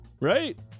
right